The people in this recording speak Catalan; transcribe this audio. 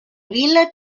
vila